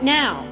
now